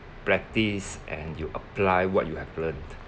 practice and you apply what you have learnt